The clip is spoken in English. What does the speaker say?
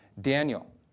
Daniel